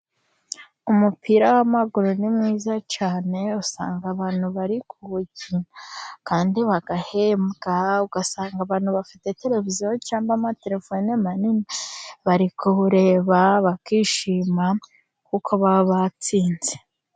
Umupira w'amaguru ni mwiza cyane, usanga abantu bari kuwukina kandi bagahembwa. Usanga abantu bafite televiziyo cyangwa amaterefone manini, bari kuwureba bakishima kuko baba batsinze.